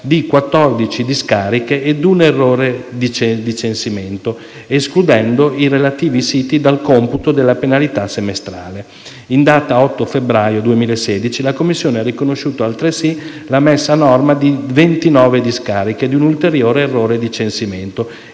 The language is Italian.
di 14 discariche ed un errore di censimento, escludendo i relativi siti dal computo della penalità semestrale. In data 8 febbraio 2016 la Commissione ha riconosciuto altresì la messa a norma di 29 discariche e un ulteriore errore di censimento,